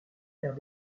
faire